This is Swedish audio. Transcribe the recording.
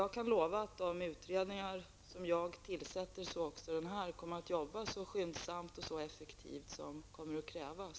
Jag kan lova att de utredningar som jag tillsätter, och så också denna, kommer att arbeta så skyndsamt och effektivt som kan krävas.